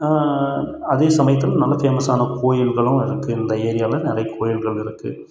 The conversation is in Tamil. அதே சமயத்தில் நல்ல ஃபேமஸான கோயில்களும் இருக்குது இந்த ஏரியாவில் நிறைய கோயில்கள் இருக்குது